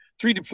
three